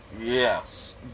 Yes